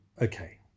Okay